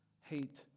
hate